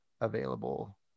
available